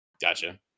Gotcha